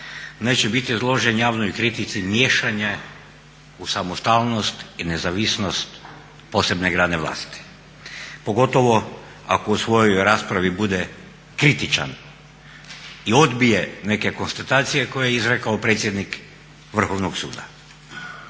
neće biti izložen javnoj kritici miješanja u samostalnost i nezavisnost posebne grane vlasti, pogotovo ako u svojoj raspravi bude kritičan i odbije neke konstatacije koje je izrekao predsjednik Vrhovnoga suda?